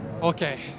okay